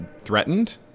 threatened